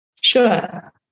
Sure